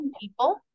people